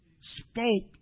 Spoke